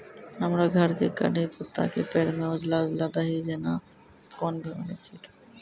हमरो घर के कढ़ी पत्ता के पेड़ म उजला उजला दही जेना कोन बिमारी छेकै?